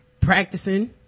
practicing